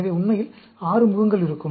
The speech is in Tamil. எனவே உண்மையில் 6 முகங்கள் இருக்கும்